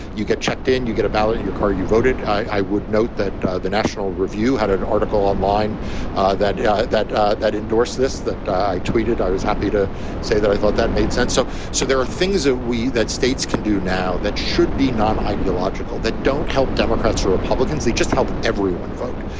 you get checked in, you get a ballot in your car. you voted. i would note that the national review had an article online that yeah that that endorsed this, that i tweeted. i was happy to say that i thought that made sense. so so there are things that we that states can do now that should be non ideological, that don't help democrats or republicans. they just help everyone vote.